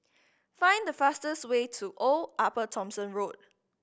find the fastest way to Old Upper Thomson Road